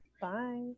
Bye